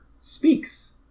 speaks